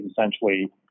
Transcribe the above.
essentially